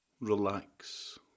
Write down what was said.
relax